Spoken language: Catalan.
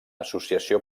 associació